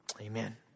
Amen